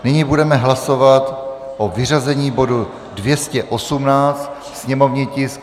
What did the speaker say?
Nyní budeme hlasovat o vyřazení bodu 218, sněmovní tisk 247.